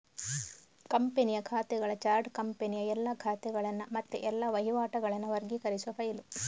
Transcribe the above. ಕಂಪನಿಯ ಖಾತೆಗಳ ಚಾರ್ಟ್ ಕಂಪನಿಯ ಎಲ್ಲಾ ಖಾತೆಗಳನ್ನ ಮತ್ತೆ ಎಲ್ಲಾ ವಹಿವಾಟುಗಳನ್ನ ವರ್ಗೀಕರಿಸುವ ಫೈಲು